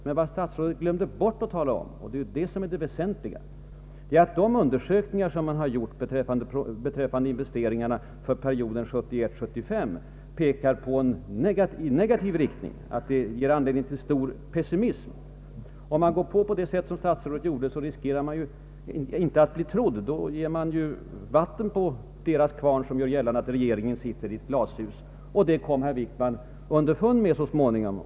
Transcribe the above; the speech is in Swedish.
Men vad statsrådet glömde bort att tala om, det var det väsentliga, nämligen att de undersökningar som man gjort beträffande investeringarna för perioden 1971—1975 pekar i negativ riktning, vilket ger anledning till pessimism. Om man går på så som statsrådet gjorde, riskerar man att inte bli trodd. Då ger man vatten på deras kvarn som gör gällande att regeringen sitter i ett glashus. Det kom herr Wickman underfund med så småningom.